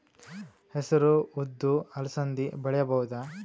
ಹೆಸರು ಉದ್ದು ಅಲಸಂದೆ ಬೆಳೆಯಬಹುದಾ?